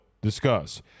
discuss